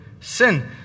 sin